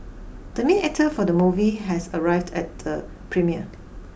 the main actor for the movie has arrived at the premiere